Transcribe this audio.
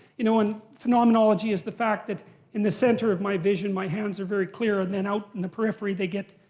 you know and phenomenology is the fact that in the center of my vision, my hands are very clear, and then out in the periphery they get.